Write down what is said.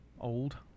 Old